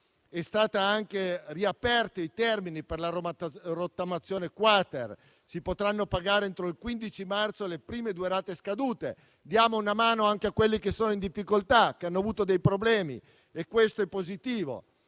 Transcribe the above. stati anche riaperti i termini per la rottamazione-*quater*: si potranno pagare entro il 15 marzo le prime due rate scadute. Diamo una mano anche a quelli che sono in difficoltà, che hanno avuto dei problemi e questo è positivo.